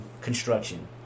construction